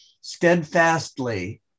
steadfastly